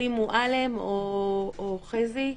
אלי מועלם או חזי,